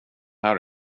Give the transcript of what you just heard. här